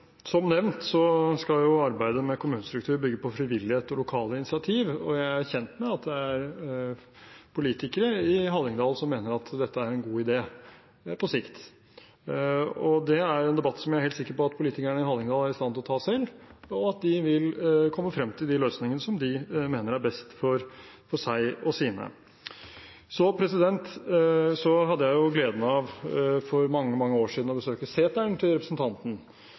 Som nevnt skal arbeidet med kommunestruktur bygge på frivillighet og lokale initiativ, og jeg er kjent med at det er politikere i Hallingdal som mener at dette er en god idé på sikt. Det er en debatt som jeg er helt sikker på at politikerne i Hallingdal er i stand til å ta selv, og at de vil komme frem til de løsningene som de mener er best for seg og sine. Så hadde jeg gleden av, for mange, mange år siden, å besøke seteren til representanten.